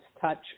touch